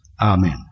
Amen